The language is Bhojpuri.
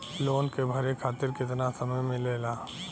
लोन के भरे खातिर कितना समय मिलेला?